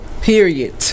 Period